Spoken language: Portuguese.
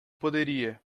poderia